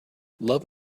love